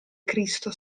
cristo